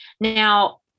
Now